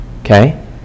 okay